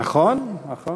נכון, נכון.